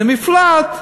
זה מפלט.